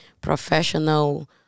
professional